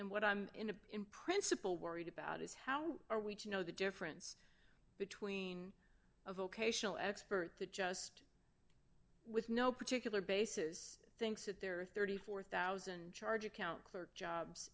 and what i'm in of in principle worried about is how are we to know the difference between a vocational expert that just with no particular bases thinks that there are thirty four thousand dollars charge account clerk jobs